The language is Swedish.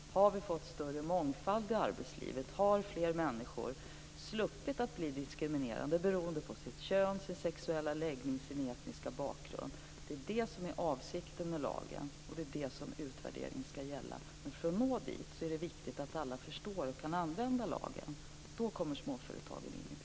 Har vi fått större mångfald i arbetslivet? Har fler människor sluppit att bli diskriminerade beroende på sitt kön, sin sexuella läggning eller sin etniska bakgrund? Det är det som är avsikten med lagen, och det är det som utvärderingen ska gälla. För att nå dit är det viktigt att alla förstår och kan använda lagen. Då kommer småföretagen in i bilden.